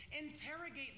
Interrogate